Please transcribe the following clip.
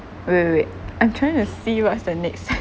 uh wait wait wait I'm trying to see what's the next